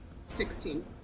sixteen